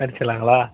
அடிச்சிடுலாங்களா